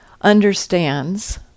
understands